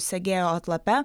segėjo atlape